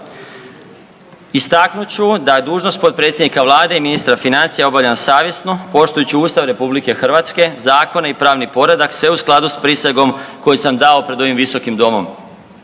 Istaknut ću da dužnost potpredsjednika Vlade i ministra financija obavljam savjesno poštujući Ustav Republike Hrvatske, zakone i pravni poredak sve u skladu s prisegom koju sam dao pred ovim visokim domom.